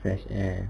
fresh air